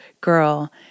girl